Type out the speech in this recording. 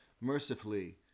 Mercifully